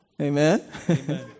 Amen